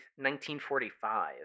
1945